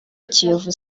kiyovu